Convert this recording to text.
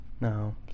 No